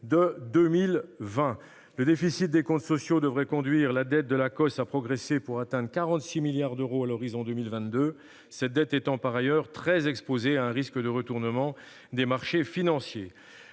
de 2020. Le déficit des comptes sociaux devrait conduire la dette de l'Acoss à progresser pour atteindre 46 milliards d'euros à l'horizon de 2022, cette dette étant par ailleurs très exposée à un risque de retournement des marchés financiers.